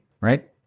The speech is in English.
right